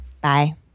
Bye